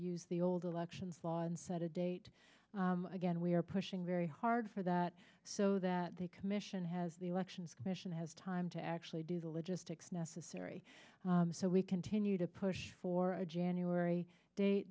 use the old election law and set a date again we are pushing very hard for that so that the commission has the elections commission has time to actually do the logistics necessary so we continue to push for a january date